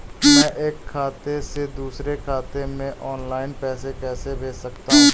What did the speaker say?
मैं एक खाते से दूसरे खाते में ऑनलाइन पैसे कैसे भेज सकता हूँ?